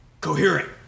Coherent